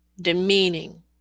demeaning